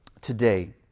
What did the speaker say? today